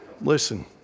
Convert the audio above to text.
Listen